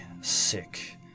sick